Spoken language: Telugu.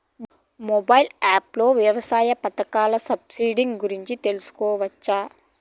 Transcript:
మొబైల్ యాప్ లో వ్యవసాయ పథకాల సబ్సిడి గురించి తెలుసుకోవచ్చా?